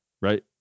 right